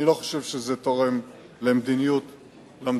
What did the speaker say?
אני לא חושב שזה תורם למדיניות שלנו,